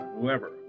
whoever